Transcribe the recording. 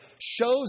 shows